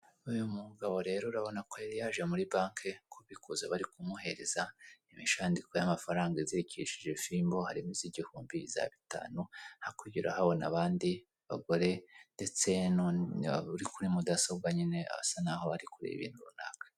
Uyu mugabo rero urabona ko yari yaje muri banki kubikuza bari kumuhereza imishandiko y'amafaranga izikishije fimbo, harimo iz'igihumbi, iza bitanu hakurya urahabona abandi bagore ndetse uri kuri mudasobwa nyine asa naho ari kure ibintu runaka.